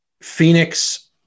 Phoenix